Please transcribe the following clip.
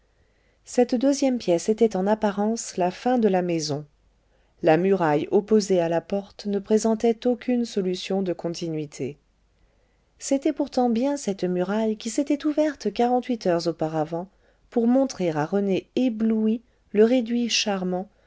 cette deuxième pièce était en apparence la fin de la maison la muraille opposée à la porte ne présentait aucune solution de continuité c'était pourtant bien cette muraille qui s'était ouverte quarante-huit heures auparavant pour montrer à rené ébloui le réduit charmant